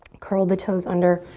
curl the toes under,